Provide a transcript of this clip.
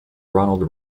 ronald